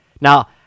Now